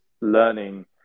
learning